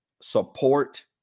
support